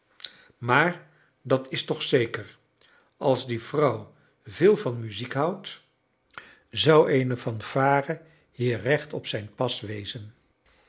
maar dat is toch zeker als die vrouw veel van muziek houdt zou eene fanfare hier recht op zijn pas wezen